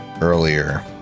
earlier